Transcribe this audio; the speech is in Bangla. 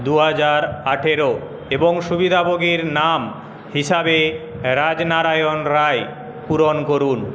দু হাজার আঠারো এবং সুবিধাভোগীর নাম হিসাবে রাজনারায়ণ রায় পূরণ করুন